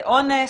זה אונס,